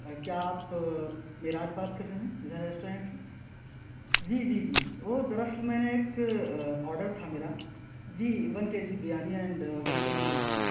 کیا آپ معراج بات کر رہے ہیں زہرا ریسٹورنٹ سے جی جی جی وہ دراصل میں نے ایک آرڈر تھا میرا جی one K G biryani and one K G mutton stew